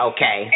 Okay